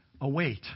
await